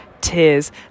tears